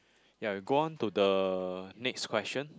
ya we go on to the next question